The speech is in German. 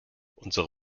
unsere